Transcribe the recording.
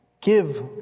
give